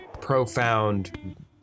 profound